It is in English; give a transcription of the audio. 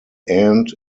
end